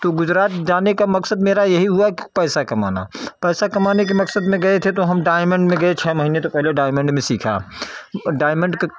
तो गुजरात जाने का मकसद मेरा यही हुआ कि पैसा कमाना पैसा कमाना के मकसद में गए थे तो हम डायमंड में हम गए छः महीना में तो पहले डायमंड में सीखा डायमंड के